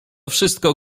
wszystko